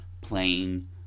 playing